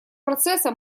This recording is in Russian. процесса